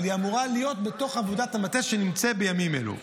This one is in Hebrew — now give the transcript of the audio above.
אבל היא אמורה להיות בתוך עבודת המטה שנמצאת בימים אלו.